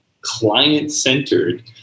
client-centered